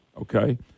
okay